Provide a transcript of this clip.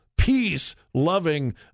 peace-loving